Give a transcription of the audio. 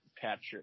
Patrick